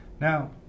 Now